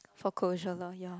for closure lah ya